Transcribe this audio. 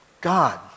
God